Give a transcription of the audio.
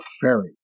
Ferry